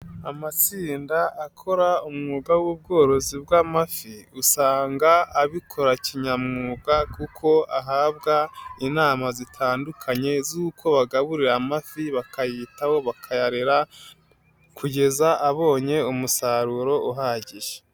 Amatsinda akora umwuga w'ubworozi bw'amafi usanga abikora kinyamwuga kuko ahabwa inama zitandukanye z'uko bagaburira amafi bakayitaho bakayarera kugeza abonye umusaruro uhagije.